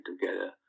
together